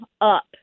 up